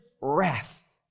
wrath